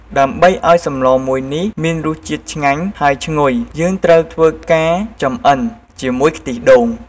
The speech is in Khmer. ដើម្បីអោយសម្លមួយនេះមានរសជាតិឆ្ងាញ់ហើយឈ្ងុយយើងត្រូវធ្វើការចំអិនជាមួយ ខ្ទិះដូង។